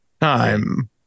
time